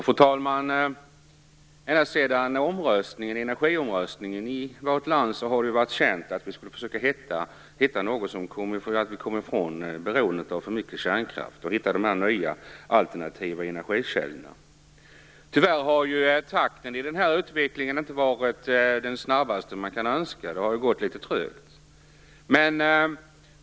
Fru talman! Ända sedan energiomröstningen i vårt land har det varit känt att vi har försökt att hitta nya, alternativa energikällor som gjorde att vi kom ifrån beroendet av kärnkraft. Tyvärr har takten i utvecklingen inte varit så snabb som man hade kunnat önska. Det har gått litet trögt.